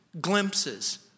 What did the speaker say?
Glimpses